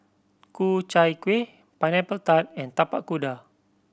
Ku Chai Kueh Pineapple Tart and Tapak Kuda